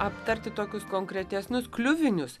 aptarti tokius konkretesnius kliuvinius